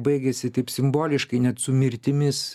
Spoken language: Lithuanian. baigėsi taip simboliškai net su mirtimis